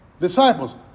disciples